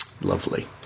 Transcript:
Lovely